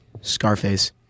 Scarface